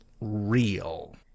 real